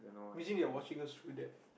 imagine they are watching us through that